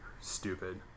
Stupid